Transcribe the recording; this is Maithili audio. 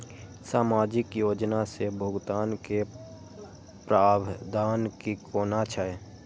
सामाजिक योजना से भुगतान के प्रावधान की कोना छै?